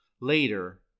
Later